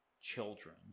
children